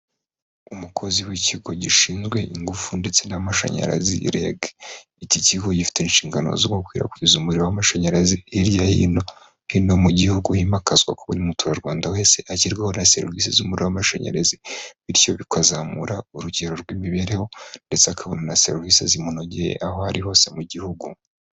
Umukozi w'ikigo gishinzwe ingufu ndetse n'amashanyarazi REG, iki kigo gifite inshingano zo gukwirakwiza umuriro w'amashanyarazi hirya no hino mu gihugu, himakazwa kuko buri muturarwanda wese agerwaho na serivisi z'umuriro w'amashanyarazi, bityo bikazamura urugero rw'imibereho ndetse akabona na serivisi zimunogeye aho ari hose mu gihugu.